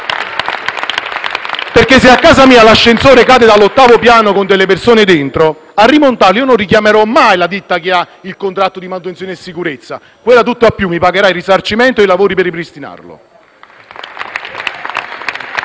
perché se a casa mia l'ascensore cade dall'ottavo piano con delle persone dentro, a rimontarlo non richiamerò mai la ditta che ha il contratto di manutenzione e sicurezza; quella, tutt'al più mi pagherà il risarcimento e i lavori per il ripristino.